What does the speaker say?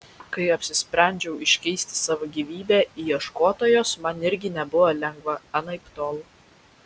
kai apsisprendžiau iškeisti savo gyvybę į ieškotojos man irgi nebuvo lengva anaiptol